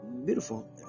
beautiful